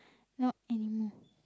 not anymore